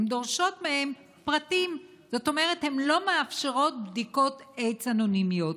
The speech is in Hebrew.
זאת אומרת הן לא מאפשרות בדיקות איידס אנונימיות.